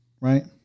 Right